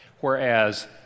Whereas